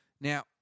Now